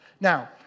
Now